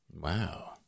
Wow